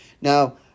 Now